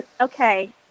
Okay